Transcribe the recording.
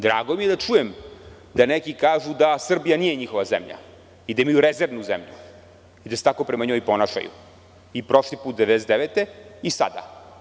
Drago mi je da čujem da neki kažu da Srbija nije njihova zemlja i da imaju rezervnu zemlju i da se tako prema njoj ponašaju, i prošli put, 1999. godine, i sada.